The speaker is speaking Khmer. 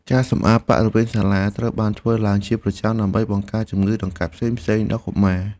ការសម្អាតបរិវេណសាលាត្រូវបានធ្វើឡើងជាប្រចាំដើម្បីបង្ការជំងឺដង្កាត់ផ្សេងៗដល់កុមារ។